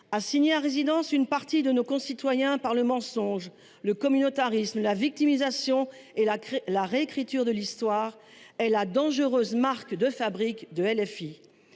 Assigner à résidence une partie de nos concitoyens par le mensonge, le communautarisme, la victimisation et la réécriture de l’histoire est la dangereuse marque de fabrique de LFI.